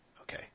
Okay